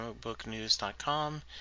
comicbooknews.com